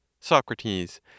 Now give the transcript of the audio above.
Socrates